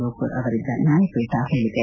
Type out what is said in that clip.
ಲೋಕೂರ್ ಅವರಿದ್ದ ನ್ಯಾಯಪೀಠ ಹೇಳದೆ